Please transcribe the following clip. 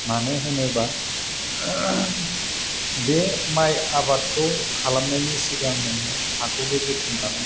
मानो होनोबा बे माय आबादखौ खालामनायनि सिगां नोङो हाखौबो जोथोन लानाङो